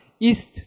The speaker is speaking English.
ist